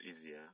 easier